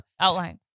Outlines